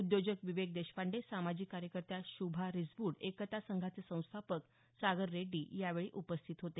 उद्योजक विवेक देशपांडे सामाजिक कार्यकर्त्या श्भा रिसबुड एकता संघाचे संस्थापक सागर रेड्डी यावेळी उपस्थित होते